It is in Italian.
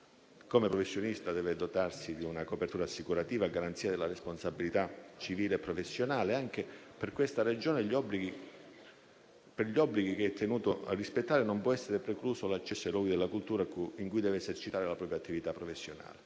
Come professionista, deve dotarsi di una copertura assicurativa a garanzia della responsabilità civile e professionale; anche per questa ragione e per gli obblighi che è tenuto a rispettare non può essergli precluso l'accesso ai luoghi della cultura in cui deve esercitare la propria attività professionale.